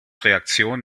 reaktion